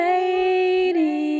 Lady